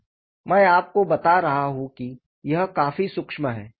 मैं आपको बता रहा हूं कि यह काफी सूक्ष्म है